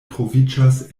troviĝas